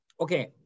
okay